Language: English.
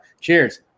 cheers